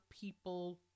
people